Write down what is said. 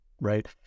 right